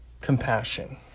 compassion